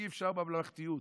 אי-אפשר בממלכתיות.